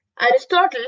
Aristotle